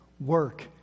work